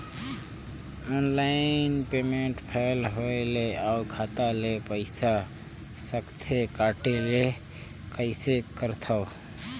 Online payment fail होय ले अउ खाता ले पईसा सकथे कटे ले कइसे करथव?